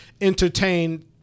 Entertain